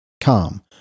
calm